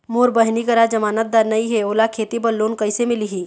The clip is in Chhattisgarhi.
मोर बहिनी करा जमानतदार नई हे, ओला खेती बर लोन कइसे मिलही?